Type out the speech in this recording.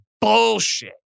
bullshit